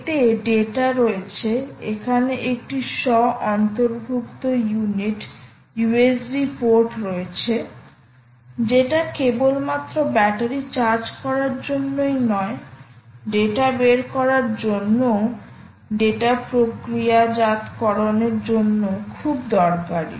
এতে ডেটা রয়েছে এখানে একটি স্ব অন্তর্ভুক্ত ইউনিট ইউএসবি পোর্ট রয়েছে যেটা কেবলমাত্র ব্যাটারি চার্জ করার জন্যই নয় ডেটা বের করার জন্যও ডেটা প্রক্রিয়াজাতকরণের জন্য খুব দরকারী